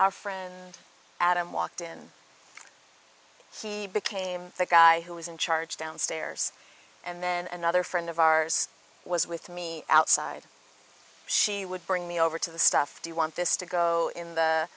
our friend adam walked in he became the guy who was in charge downstairs and then another friend of ours was with me outside she would bring me over to the stuff do you want this to go in the